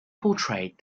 portrayed